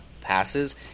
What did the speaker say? passes